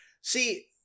see